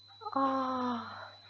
ah